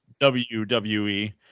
WWE